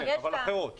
כן, אבל אחרות.